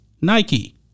Nike